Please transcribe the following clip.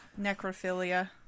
necrophilia